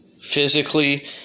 Physically